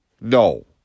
no